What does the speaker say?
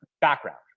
background